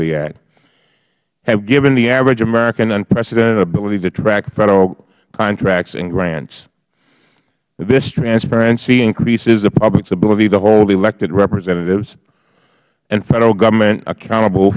the act have given the average american unprecedented ability to track federal contracts and grants this transparency increases the publics ability to hold elected representatives and federal government accountable